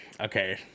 okay